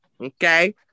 okay